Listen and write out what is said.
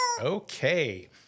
Okay